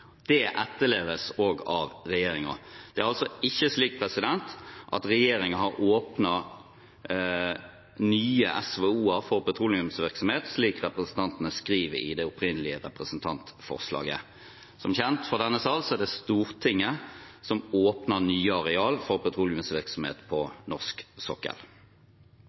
Det etterleves også av regjeringen. Det er altså ikke slik at regjeringen har åpnet nye SVO-er for petroleumsvirksomhet, slik representantene skriver i det opprinnelige representantforslaget. Som kjent for denne sal er det Stortinget som åpner nye arealer for petroleumsvirksomhet på norsk sokkel.